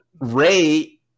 Ray